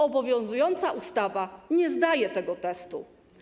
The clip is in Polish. Obowiązująca ustawa nie zdaje tego testu.